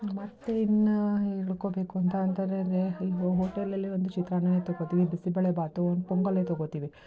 ಮತ್ತು ಇನ್ನೂ ಹೇಳ್ಕೊಳ್ಬೇಕು ಅಂತ ಅಂತ ಅಂದ್ರೆ ಇಲ್ಲಿ ಈ ಹೋಟೆಲಲ್ಲಿ ಒಂದು ಚಿತ್ರಾನ್ನನೇ ತಗೊಳ್ತೀವಿ ಬಿಸಿಬೇಳೆ ಬಾತು ಒಂದು ಪೊಂಗಲ್ಲೇ ತಗೊಳ್ತೀವಿ